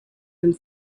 and